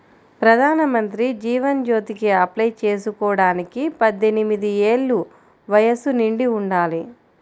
ప్రధానమంత్రి జీవన్ జ్యోతికి అప్లై చేసుకోడానికి పద్దెనిది ఏళ్ళు వయస్సు నిండి ఉండాలి